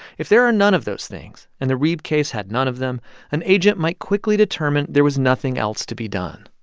if there are none of those things and the reeb case had none of them an agent might quickly determine there was nothing else to be done